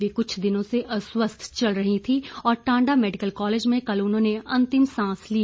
वे कुछ दिनों से अस्वस्थ चल रही थीं और टांडा मेडिकल कॉलेज में कल उन्होंने अंतिम सांस ली